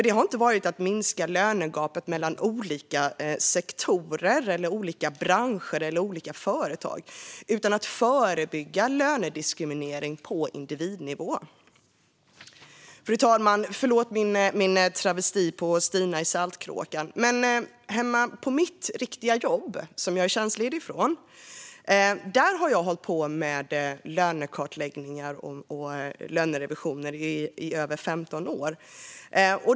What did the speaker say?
Det har inte varit att minska lönegapet mellan olika sektorer, branscher eller företag utan att förebygga lönediskriminering på individnivå. Fru talman! Jag ber om ursäkt för min travesti på Stina i Vi på Saltkråkan men hemma på mitt riktiga jobb, som jag är tjänstledig från, har jag hållit på med lönekartläggningar och lönerevisioner i över 15 år.